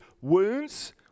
wounds